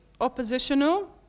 oppositional